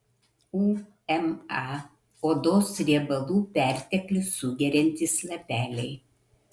uma odos riebalų perteklių sugeriantys lapeliai